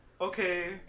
okay